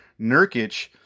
Nurkic